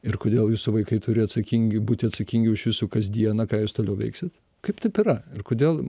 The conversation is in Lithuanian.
ir kodėl jūsų vaikai turi atsakingi būti atsakingi už jūsų kasdieną ką jūs toliau veiksit kaip taip yra ir kodėl